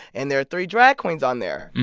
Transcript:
and there are three drag queens on there.